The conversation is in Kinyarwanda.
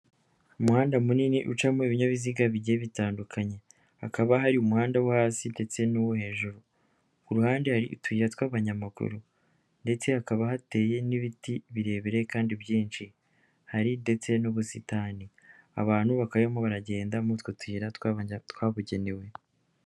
Umuhanda munini ucamo ibinyabiziga bigiye bitandukanye hakaba hari umuhanda wo hasi ndetse n'uwo hejuru, ku ruhande hari utuyira tw'abanyamaguru ndetse hakaba hateye n'ibiti birebire kandi byinshi hari ndetse n'ubusitani, abantu bakaba barimo baragenda muri utwo tuyira twabugenewe.